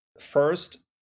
First